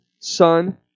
Son